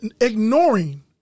ignoring